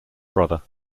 brother